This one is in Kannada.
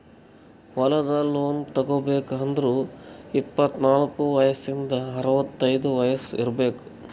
ಹೊಲದ್ ಲೋನ್ ತಗೋಬೇಕ್ ಅಂದ್ರ ಇಪ್ಪತ್ನಾಲ್ಕ್ ವಯಸ್ಸಿಂದ್ ಅರವತೈದ್ ವಯಸ್ಸ್ ಇರ್ಬೆಕ್